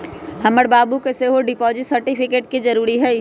हमर बाबू के सेहो डिपॉजिट सर्टिफिकेट के जरूरी हइ